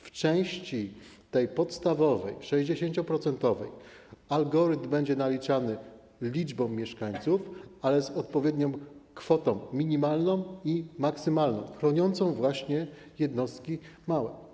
W części podstawowej, 60-procentowej, algorytm będzie naliczany liczbą mieszkańców, ale z odpowiednią kwotą minimalną i maksymalną, chroniącą właśnie jednostki małe.